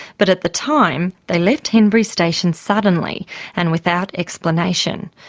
but, at the time, they left henbury station suddenly and without explanation.